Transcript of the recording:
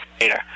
later